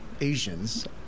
Asians